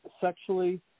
sexually